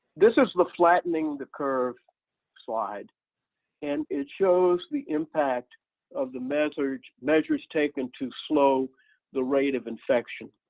this is the flattening the curve slide and it shows the impact of the measures measures taken to slow the rate of infection